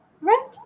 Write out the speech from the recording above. Right